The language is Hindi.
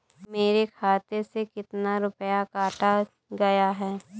मेरे खाते से कितना रुपया काटा गया है?